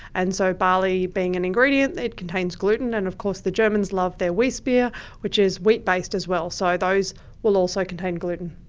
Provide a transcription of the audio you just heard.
and so barley being an ingredient, it contains gluten, and of course the germans love their weisse beer which is wheat-based as well, so those will also contain gluten.